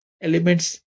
elements